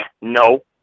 No